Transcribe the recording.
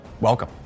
welcome